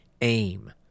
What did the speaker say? aim